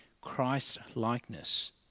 Christ-likeness